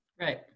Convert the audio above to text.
Right